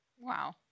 Wow